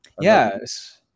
yes